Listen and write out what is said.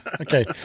Okay